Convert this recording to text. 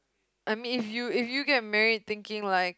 I mean if you if you get married thinking like